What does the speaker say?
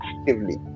actively